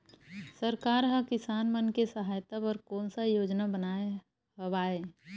सरकार हा किसान मन के सहायता बर कोन सा योजना बनाए हवाये?